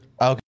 Okay